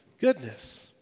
goodness